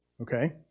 Okay